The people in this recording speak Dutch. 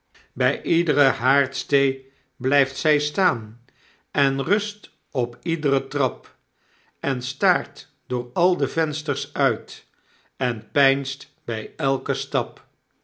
bg iedre haardstee blgft zjj staan en rust op iedre trap jjn staart door al de vensters uit en peinst bg elken stap